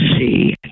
see